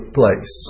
place